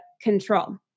control